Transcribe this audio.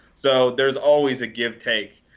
so there's always a give-take.